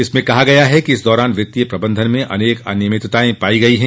इसमें कहा गया है कि इस दौरान वित्तीय प्रबंधन में अनेक अनियमितताएं पाई गईं हैं